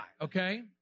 okay